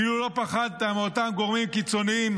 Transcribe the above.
אילו לא פחדת מאותם גורמים קיצוניים